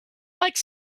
like